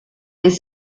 les